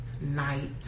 night